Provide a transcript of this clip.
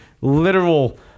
literal